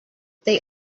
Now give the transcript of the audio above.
they